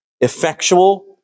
effectual